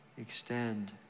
extend